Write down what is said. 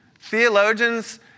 Theologians